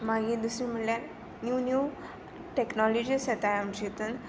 मागीर दुसरें म्हुळ्ळ्यार न्यू न्यू टॅक्नॉलॉजीस येताय आमचे हेतून